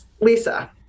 Lisa